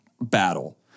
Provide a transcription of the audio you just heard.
battle